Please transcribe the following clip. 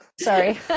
Sorry